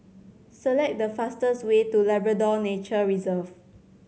select the fastest way to Labrador Nature Reserve